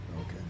Okay